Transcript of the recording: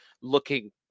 looking